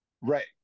right